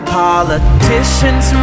politicians